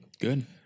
good